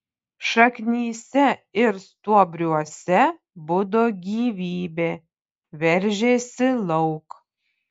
šaknyse ir stuobriuose budo gyvybė veržėsi lauk